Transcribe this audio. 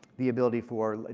the ability for ah